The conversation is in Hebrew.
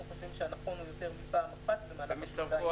אנחנו חושבים שהנכון הוא "יותר מפעם אחת במהלך השנתיים".